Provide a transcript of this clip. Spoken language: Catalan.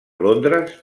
londres